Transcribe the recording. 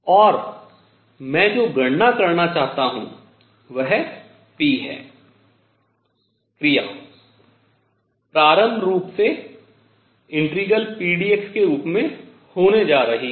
और मैं जो गणना करना चाहता हूँ वह p है क्रिया प्रारंभ रूप से pdx के रूप में होने जा रही है